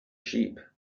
sheep